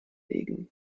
legen